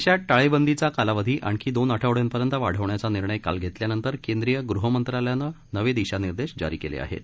देशात टाळेबंदीचा कालावधी आणखी दोन आठवड्यांपर्यंत वाढवण्याचा निर्णय काल घेतल्यानंतर केंद्रीय गृह मंत्रालयानं नवे दिशानिदेश जारी केलेत